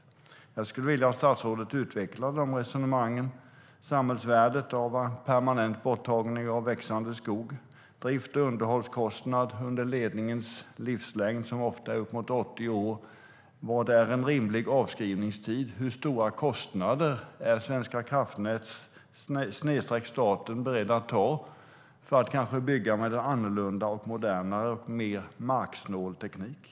Jag skulle vilja att statsrådet utvecklade dessa resonemang - samhällsvärdet av permanent borttagning av växande skog och drift och underhållskostnad under ledningens livslängd, som ofta är uppemot 80 år. Vad är en rimlig avskrivningstid? Hur stora kostnader är Svenska kraftnät p>